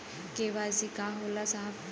KYC का होला साहब?